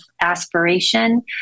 aspiration